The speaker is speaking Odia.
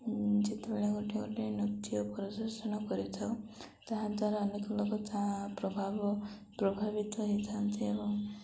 ଯେତେବେଳେ ଗୋଟେ ଗୋଟେ ନୃତ୍ୟ ପ୍ରଦର୍ଶନ କରିଥାଉ ତାହା ଦ୍ୱାରା ଅନେକ ଲୋକ ତାହା ପ୍ରଭାବ ପ୍ରଭାବିତ ହୋଇଥାନ୍ତି ଏବଂ